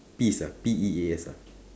peas ah P E A S ah